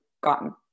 gotten